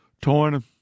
torn